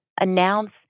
announce